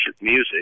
music